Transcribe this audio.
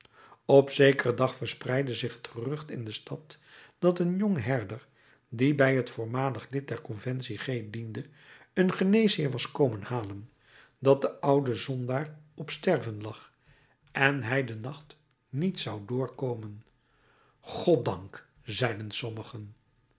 op zekeren dag verspreidde zich het gerucht in de stad dat een jong herder die bij het voormalig lid der conventie g diende een geneesheer was komen halen dat de oude zondaar op sterven lag en hij den nacht niet zou doorkomen goddank zeiden sommigen